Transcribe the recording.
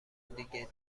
دیگه